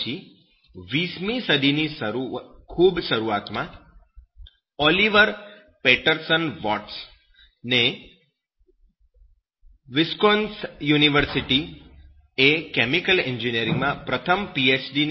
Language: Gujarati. તે પછી 20 મી સદીની ખૂબ શરૂઆતમાં ઓલિવર પેટરસન વોટ્સ ને વિસ્કોન્સિન યુનિવર્સિટી એ કેમિકલ એન્જિનિયરિંગમાં પ્રથમ પીએચ